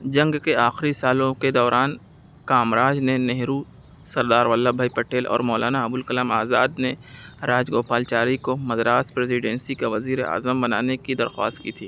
جنگ کے آخری سالوں کے دوران کامراج نے نہرو سردار ولبھ بھائی پٹیل اور مولانا ابو الکلام آزاد نے راج گوپال چاری کو مدراس پریزیڈنسی کا وزیر اعظم بنانے کی درخواست کی تھی